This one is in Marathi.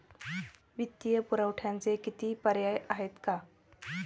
वित्तीय पुरवठ्याचे किती पर्याय आहेत का?